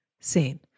seen